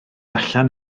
allan